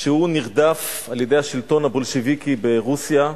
שנרדף על-ידי השלטון הבולשביקי ברוסיה.